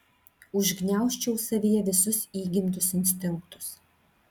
užgniaužčiau savyje visus įgimtus instinktus